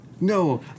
No